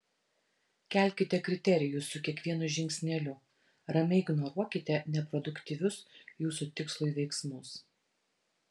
kelkite kriterijų su kiekvienu žingsneliu ramiai ignoruokite neproduktyvius jūsų tikslui veiksmus